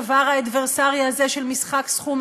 אדוני שר הפנים,